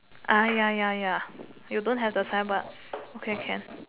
uh ya ya ya ya you don't have the signboard okay can